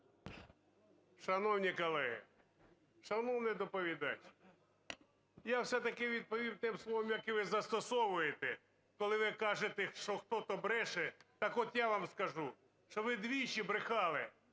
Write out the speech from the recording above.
Шановні колеги, шановний доповідач! Я все-таки відповім тим словом, яке ви застосовуєте, коли ви кажете, що хто-то бреше. Так от, я вам скажу, що ви двічі брехали,